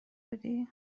بودی